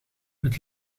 het